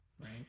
right